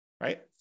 right